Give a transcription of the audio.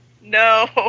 No